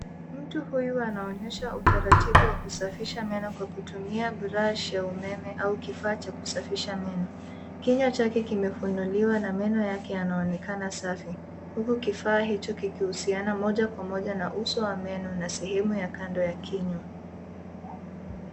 Mtu huyu anaonyesha utaratibu wa kusafisha meno kwa kutumia brush ya umeme au kifaa cha kusafisha meno. Kinywa chake kimefunuliwa na meno yake yanaonekana safi. Huku kifaa hicho kikihusiana moja kwa moja na uso wa meno na sehemu ya kando ya kinywa.